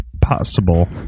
possible